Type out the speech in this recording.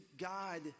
God